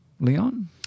Leon